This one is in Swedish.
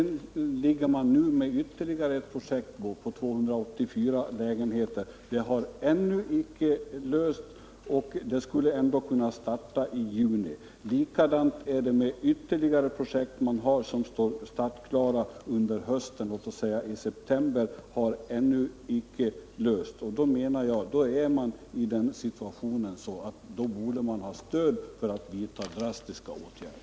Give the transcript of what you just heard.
Nu har man ytterligare ett projekt som gäller 284 lägenheter där kreditivfrågan ännu icke lösts. Projektet skulle annars kunna starta i juni. Sedan finns det ytterligare projekt som är startklara i höst — låt oss säga i september —där problemet är detsamma, dvs. att kreditivfrågan icke lösts. Jag anser att man då är i den situationen att man borde få stöd i form av drastiska åtgärder.